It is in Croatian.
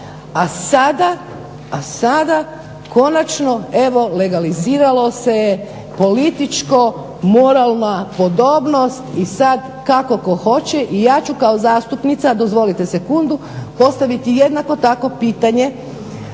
A sada konačno evo legaliziralo se je političko moralna podobnost i sad kakko tko hoće. I ja ću kao zastupnica, dozvolite sekundu postaviti jednako tako pitanje